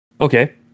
Okay